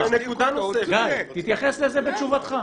גיא, תתייחס לזה בתשובתך.